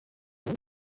body